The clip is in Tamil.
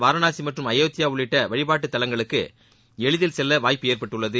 வாரணாசி மற்றும் அயோத்தியா உள்ளிட்ட வழிப்பாட்டு தலங்களுக்கு எளிதில் செல்ல வாய்ப்பு ஏற்பட்டுள்ளது